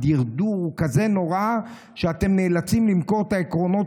הדרדור הוא כזה נורא שאתם נאלצים למכור את העקרונות